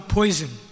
poison